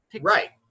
Right